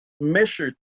measured